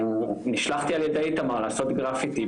נשלחתי על ידי איתמר לעשות גרפיטי,